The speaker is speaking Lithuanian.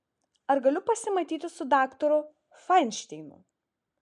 ar galiu pasimatyti su daktaru fainšteinu